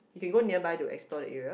we can go nearby to explore the area